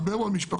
הרבה מאוד משפחות,